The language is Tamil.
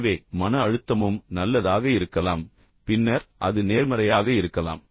எனவே மன அழுத்தமும் நல்லதாக இருக்கலாம் பின்னர் அது நேர்மறையாக இருக்கலாம்